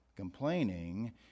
complaining